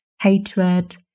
hatred